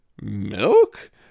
milk